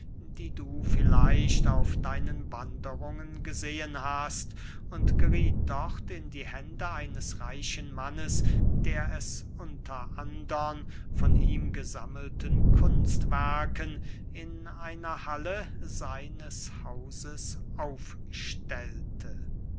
die du vielleicht auf deinen wanderungen gesehen hast und gerieth dort in die hände eines reichen mannes der sie unter andern von ihm gesammelten kunstwerken in einer halle seines hauses aufstellte